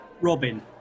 Robin